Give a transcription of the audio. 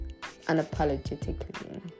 Unapologetically